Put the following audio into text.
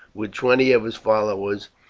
with twenty of his followers,